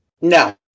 No